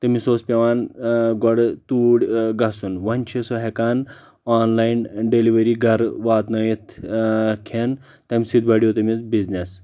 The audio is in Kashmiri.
تٔمِس اوس پٮ۪وان گۄڑٕ توٗرۍ گژھُن وۄنۍ چھُ سُہ ہٮ۪کان آن لاین ڈیلیوری گرٕ واتنٲیِتھ کھٮ۪ن تمہِ سۭتۍ بڑیو تٔمِس بِزنِس